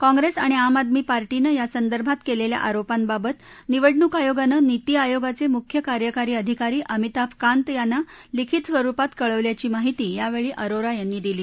काँप्रेस आणि आम आदमी पार्टीनं या संदर्भात केलेल्या आरोपांबाबत निवडणूक आयोगानं नीती आयोगाचे मुख्य कार्यकारी अधिकारी अमिताभ कांत यांना लिखित स्वरुपात कळवल्याची माहिती योवळी अरोरा यांनी दिली